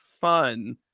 fun